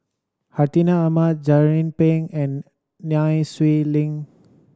Hartinah Ahmad Jernnine Pang and Nai Swee Leng